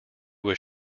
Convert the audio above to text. was